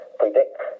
predict